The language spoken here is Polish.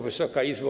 Wysoka Izbo!